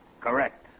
Correct